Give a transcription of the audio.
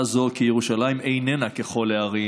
הזאת כי ירושלים איננה ככל הערים,